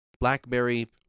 blackberry